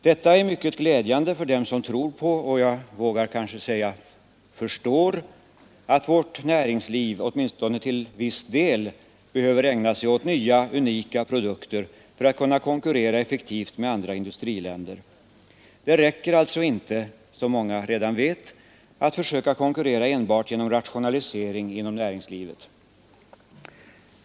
Detta är mycket glädjande för dem som tror på — och jag vågar kanske säga förstår — att vårt näringsliv, åtminstone till viss del, behöver ägna sig åt nya unika produkter för att kunna konkurrera effektivt med andra industriländer. Det räcker alltså inte, som många redan vet, att försöka konkurrera enbart genom rationalisering inom näringslivet.